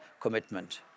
commitment